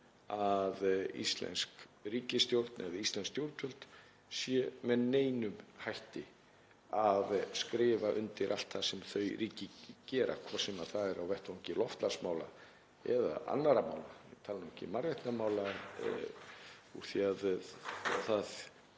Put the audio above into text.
að íslensk ríkisstjórn eða íslensk stjórnvöld séu með neinum hætti að skrifa undir allt það sem þau ríki gera, hvort sem það er á vettvangi loftslagsmála eða annarra mála, ég tala nú ekki um mannréttindamála, það